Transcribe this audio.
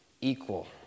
equal